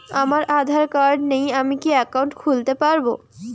আমার আধার কার্ড নেই আমি কি একাউন্ট খুলতে পারব?